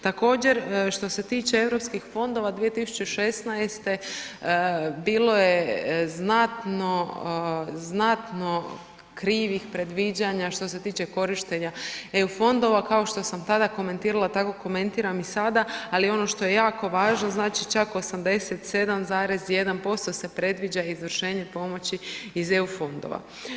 Također što se tiče europskih fondova 2016. bilo je znatno krivih predviđanja što se tiče korištenja eu fondova, kao što sam tada komentirala tako komentiram i sada ali ono što je jako važno, znači čak 87,1% se predviđa izvršenje pomoći iz eu fondova.